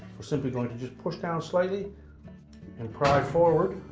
simply going to just push down slightly and pry forward.